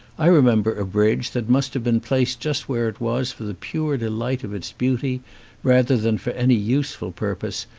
i remember a bridge that must have been placed just where it was for the pure delight of its beauty rather than for any useful purpose,